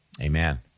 Amen